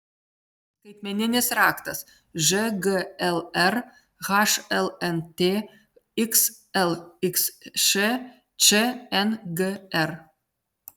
skaitmeninis raktas žglr hlnt xlxš čngr